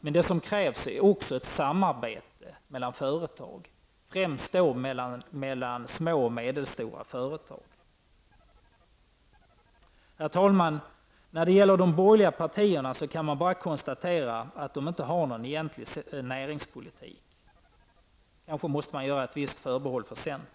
Men det som krävs är också ett samarbete mellan företag, främst mellan små och medelstora företag. Herr talman! När det gäller de borgerliga partierna kan man bara konstatera att de inte har någon egentlig näringspolitik -- kanske måste man göra ett visst förbehåll för centern.